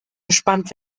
gespannt